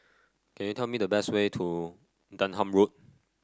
can you tell me the way to Denham Road